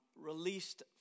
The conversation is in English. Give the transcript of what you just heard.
released